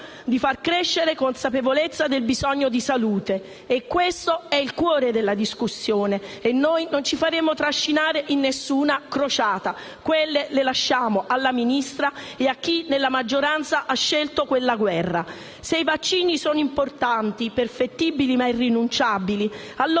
di far crescere la consapevolezza del bisogno di salute. Questo è il cuore della discussione. Noi non ci faremo trascinare in alcuna crociata: quelle le lasciamo alla Ministra e a chi, nella maggioranza, ha scelto quella guerra. Se i vaccini sono importanti, perfettibili ma irrinunciabili, allora